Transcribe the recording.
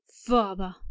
father